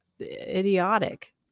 idiotic